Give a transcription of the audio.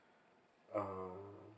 uh